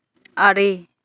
ᱟᱨᱮ